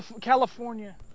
California